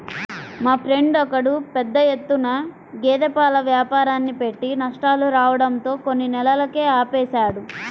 మా ఫ్రెండు ఒకడు పెద్ద ఎత్తున గేదె పాల వ్యాపారాన్ని పెట్టి నష్టాలు రావడంతో కొన్ని నెలలకే ఆపేశాడు